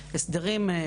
ויש הסדרים.